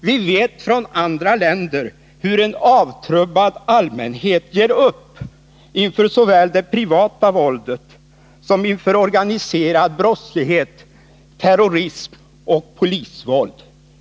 Vi vet från andra länder hur en avtrubbad allmänhet ger upp inför såväl det privata våldet som inför organiserad brottslighet, terrorism och polisvåld.